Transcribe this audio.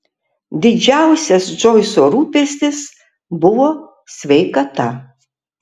didžiausias džoiso rūpestis buvo sveikata